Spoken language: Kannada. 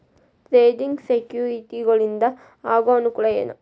ಟ್ರೇಡಿಂಗ್ ಸೆಕ್ಯುರಿಟಿಗಳಿಂದ ಆಗೋ ಅನುಕೂಲ ಏನ